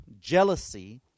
jealousy